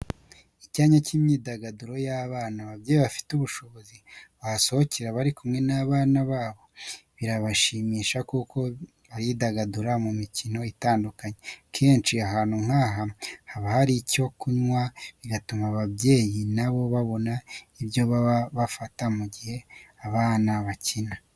Icyanya cy'imyidagaduro y'abana, ababyeyi bafite ubushobozi bahasohokera bari kumwe n'abana babo, birabashimisha kuko baridagadura mu mikino itandukanye. Kenshi ahantu nk'aha haba hari n'icyo kumwa bigatuma ababyeyi na bo babona icyo baba bafata mu gihe abana bakina.